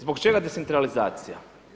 Zbog čega decentralizacija?